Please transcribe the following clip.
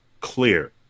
clear